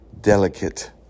delicate